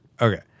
Okay